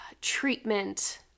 treatment